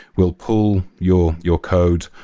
we'll pull your your code.